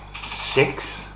six